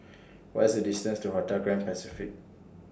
What IS The distance to Hotel Grand Pacific